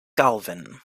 galvin